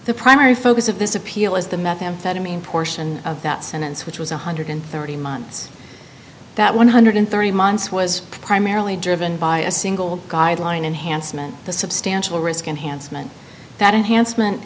the primary focus of this appeal is the methamphetamine portion of that sentence which was one hundred and thirty months that one hundred and thirty months was primarily driven by a single guideline enhancement the substantial risk unhandsome and that enhancement